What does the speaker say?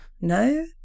No